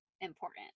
important